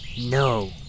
No